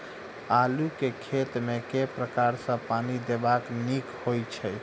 आलु केँ खेत मे केँ प्रकार सँ पानि देबाक नीक होइ छै?